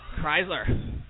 Chrysler